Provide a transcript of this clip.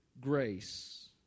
grace